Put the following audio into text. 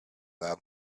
that